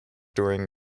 during